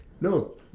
No